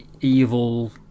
evil